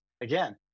again